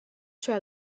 cioè